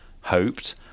hoped